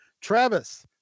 Travis